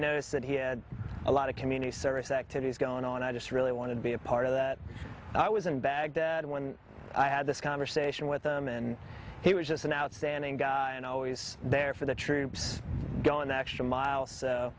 noticed that he had a lot of community service activities going on i just really wanted to be a part of that i was in baghdad when i had this conversation with them and he was just an outstanding guy and always there for the troops go in